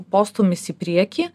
postūmis į priekį